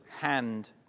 hand